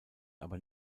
aber